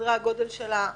בסדרי הגודל שלה -- מעולם.